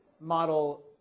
model